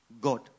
God